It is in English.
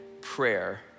prayer